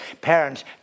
parents